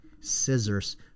scissors